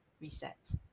Reset